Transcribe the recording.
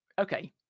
Okay